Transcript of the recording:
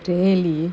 daily